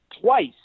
twice